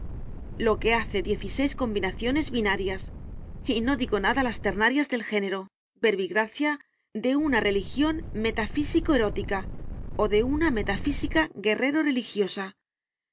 lo que hace diez y seis combinaciones binarias y no digo nada las ternarias del género verbigracia de una religión metafísico erótica o de una metafísica guerrero religiosa